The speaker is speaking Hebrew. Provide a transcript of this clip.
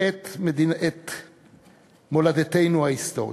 את מולדתנו ההיסטורית.